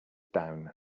down